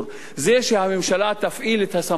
זה שהממשלה תפעיל את הסמכות שלה,